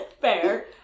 Fair